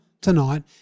tonight